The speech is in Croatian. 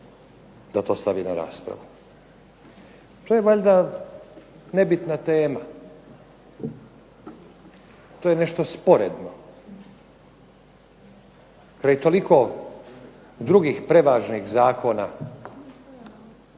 da to stavi na raspravu. To je valjda nebitna tema, to je nešto sporedno kraj toliko drugih prevažnih zakona